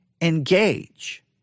engage